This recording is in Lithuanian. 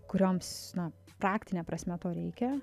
kurioms na praktine prasme to reikia